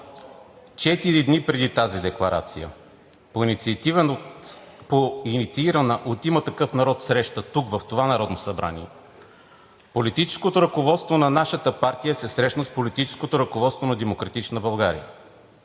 Четири дни преди тази декларация, по инициирана от „Има такъв народ“ среща тук, в това Народно събрание, политическото ръководство на нашата партия се срещна с политическото ръководство на „Демократична България“.